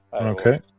Okay